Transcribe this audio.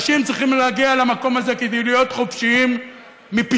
אנשים צריכים להגיע למקום הזה כדי להיות חופשיים מפיתוי.